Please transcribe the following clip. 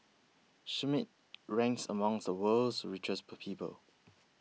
Schmidt ranks among the world's richest per people